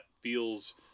feels